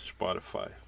Spotify